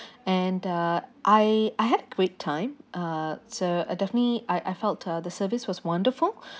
and uh I I had great time uh so I definitely I I felt uh the service was wonderful